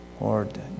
Lord